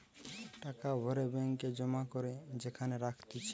টাকা ভরে ব্যাঙ্ক এ জমা করে যেখানে রাখতিছে